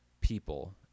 people